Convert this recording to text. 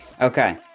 okay